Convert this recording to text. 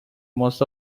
most